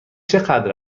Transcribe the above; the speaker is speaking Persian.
چقدر